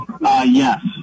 Yes